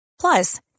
Plus